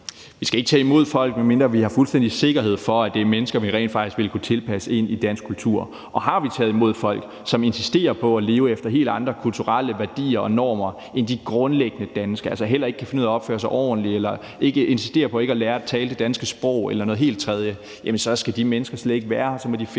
Vi skal ikke tage imod folk, medmindre vi har fuldstændig sikkerhed for, at det er mennesker, der rent faktisk vil kunne tilpasse sig dansk kultur. Og har vi taget imod folk, som insisterer på at leve efter helt andre kulturelle værdier og normer end de grundlæggende danske og altså heller ikke kan finde ud af at opføre sig ordentligt eller insisterer på ikke at lære at tale det danske sprog eller noget helt tredje, så skal de mennesker slet ikke være her. Så må de finde